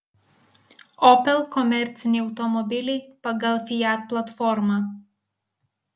opel komerciniai automobiliai pagal fiat platformą